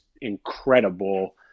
incredible